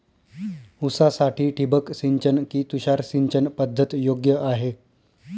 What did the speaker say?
ऊसासाठी ठिबक सिंचन कि तुषार सिंचन पद्धत योग्य आहे?